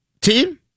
team